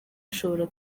ashobora